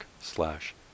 slash